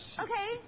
Okay